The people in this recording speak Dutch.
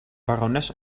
barones